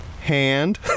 hand